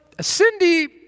Cindy